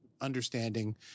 understanding